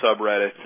subreddit